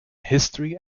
history